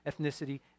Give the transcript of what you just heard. ethnicity